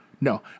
no